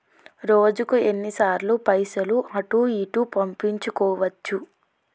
రోజుకు ఎన్ని సార్లు పైసలు అటూ ఇటూ పంపించుకోవచ్చు?